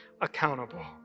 accountable